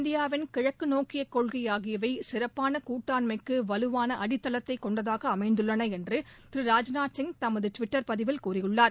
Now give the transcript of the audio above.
இந்தியாவின் கிழக்கு நோக்கிய கொள்கை ஆகியவை சிறப்பான கூட்டாண்மைக்கு வலுவான அடித்தளத்தை கொண்டதாக அமைந்துள்ளன என்று திரு ராஜ்நாத் சிங் தமது டிவிட்டர் பதிவில் கூறியுள்ளார்